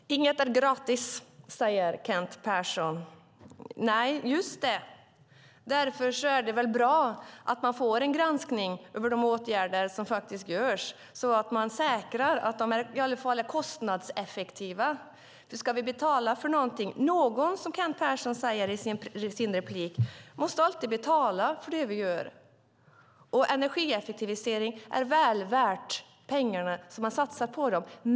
Herr talman! Inget är gratis, säger Kent Persson. Just det! Därför är det bra att man får en granskning av de åtgärder som vidtas så att man säkrar att de i alla fall är kostnadseffektiva. Någon måste alltid betala för det vi gör, säger Kent Persson i sin replik. Energieffektivisering är väl värt de pengar som man satsar.